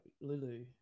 Lulu